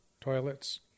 toilets